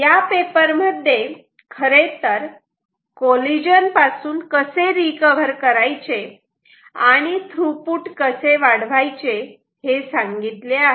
या पेपर मध्ये खरेतर कॉलिजन पासून कसे रिकव्हर करायचे आणि थ्रुपुट कसे वाढवायचे हे सांगितले आहे